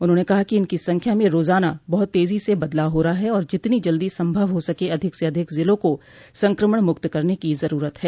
उन्होंने कहा कि इनकी संख्या में रोजाना बहत तेजी से बदलाव हो रहा है और जितनी जल्दी संभव हो सके अधिक से अधिक जिलों को संक्रमण मुक्त करने की जरूरत है